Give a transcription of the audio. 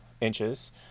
inches